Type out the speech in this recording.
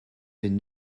been